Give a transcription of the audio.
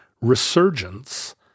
resurgence